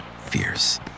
fierce